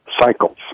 Cycles